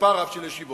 מספר רב של ישיבות,